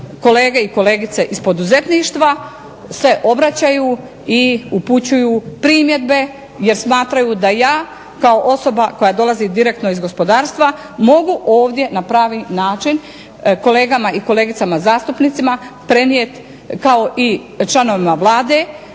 kolege i kolegice iz poduzetništva se obraćaju i upućuju primjedbe jer smatraju da ja kao osoba koja dolazi direktno iz gospodarstva mogu ovdje na pravi način kolegama i kolegicama zastupnicima prenijeti kao i članovima Vlade,